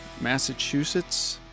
massachusetts